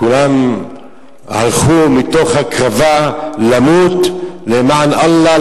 כולם הלכו מתוך הקרבה למות למען אללה,